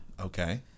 Okay